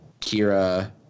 Kira